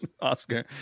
Oscar